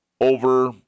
over